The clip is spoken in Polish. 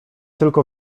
tylko